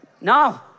No